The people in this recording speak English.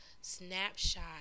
snapshot